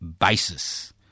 basis